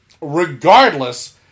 Regardless